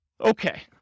Okay